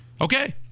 Okay